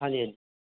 ਹਾਂਜੀ ਹਾਂਜੀ